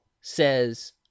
says